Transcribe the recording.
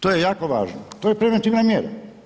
To je jako važno, to je preventivna mjera.